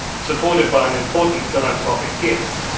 supported by an important philanthropic gift,